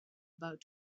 about